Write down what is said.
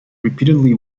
repeatedly